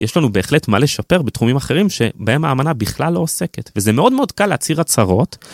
יש לנו בהחלט מה לשפר בתחומים אחרים שבהם האמנה בכלל לא עוסקת. וזה מאוד מאוד קל להצהיר הצהרות.